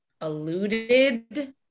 alluded